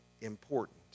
important